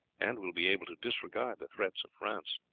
and will be able to disregard the threats of france.